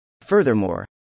Furthermore